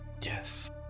Yes